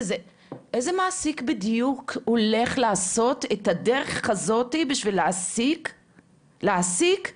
איזה מעסיק בדיוק הולך לעשות את הדרך הזאת בשביל להעסיק עובד?